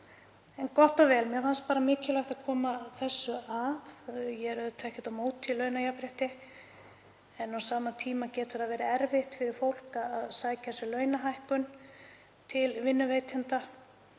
En gott og vel. Mér fannst bara mikilvægt að koma þessu að. Ég er ekkert á móti launajafnrétti en á sama tíma getur verið erfitt fyrir fólk að sækja sér launahækkun til vinnuveitenda.